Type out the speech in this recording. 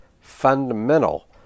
fundamental